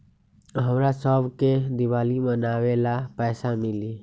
हमरा शव के दिवाली मनावेला पैसा मिली?